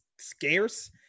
scarce